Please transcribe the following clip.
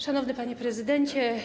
Szanowny Panie Prezydencie!